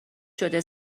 شده